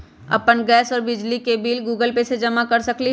अपन गैस और बिजली के बिल गूगल पे से जमा कर सकलीहल?